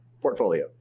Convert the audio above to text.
portfolio